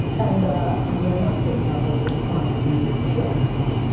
and ah i'm really not scared of cows. i was just trying to make the show entertaining.